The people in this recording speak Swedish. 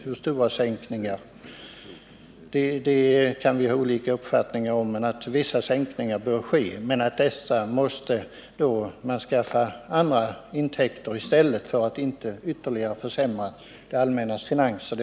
Hur stora sänkningar det finns möjlighet att genomföra kan vi ha olika uppfattningar om, men uppenbart är väl att vi inte får ytterligare försämra det allmännas finanser.